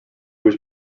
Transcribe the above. was